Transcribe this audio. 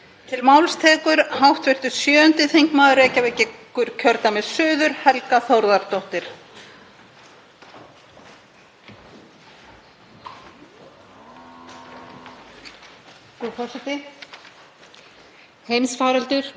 Frú forseti. Heimsfaraldur Covid-19 og nú stríðið í Úkraínu hefur sýnt fram á hve mikilvæg innlend matvælaframleiðsla er fyrir öryggi þjóða.